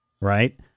Right